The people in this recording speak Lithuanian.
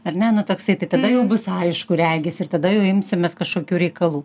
ar ne nu toksai tai tada jau bus aišku regis ir tada jau imsimės kažkokių reikalų